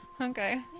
Okay